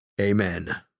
amen